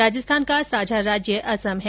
राजस्थान का साझा राज्य असम है